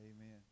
Amen